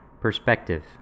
perspective